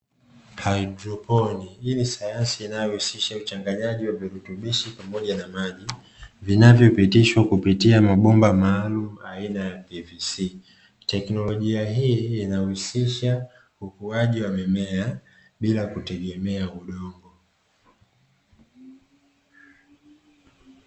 Haidroponi, hii ni sayansi inayohusisha uchanganyaji wa virutubishi pamoja na maji, vinavyopitishwa kupitia mabomba maalumu aina ya "PVC", teknolojia hii inahusisha ukuaji wa mimea bila kutegemea udongo.